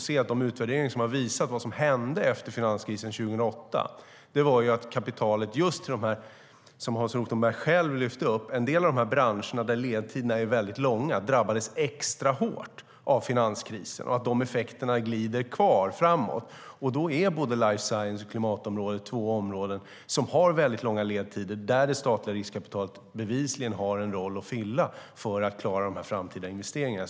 Men de utvärderingar av vad som hände efter finanskrisen 2008 visade att en del av de branscher som Hans Rothenberg själv lyfte fram, där ledtiderna är långa, drabbades extra hårt av finanskrisen och att effekterna dröjer sig kvar. Life science och klimatområdet är två områden som har väldigt långa ledtider, och där har det statliga riskkapitalet bevisligen en roll att fylla för att klara de framtida investeringarna.